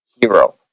hero